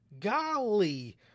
Golly